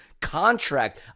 contract